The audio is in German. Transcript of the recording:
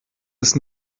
ist